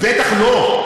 בטח לא,